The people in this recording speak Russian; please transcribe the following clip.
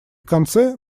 конце